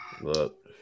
Look